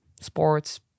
sports